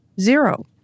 zero